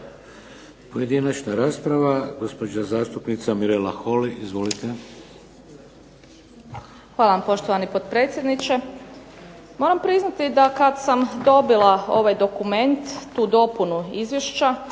Pojedinačna rasprava, gospođa zastupnica MIrela Holy. Izvolite. **Holy, Mirela (SDP)** Hvala poštovani potpredsjedniče. Moram priznati kada sam dobila taj dokument, tu dopunu Izvješća